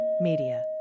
Media